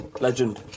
Legend